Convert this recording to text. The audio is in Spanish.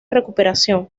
recuperación